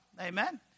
Amen